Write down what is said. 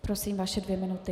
Prosím, vaše dvě minuty.